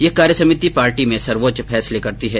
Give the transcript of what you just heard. यह कार्यसमिति पार्टी में सर्वोच्च फैसले करती है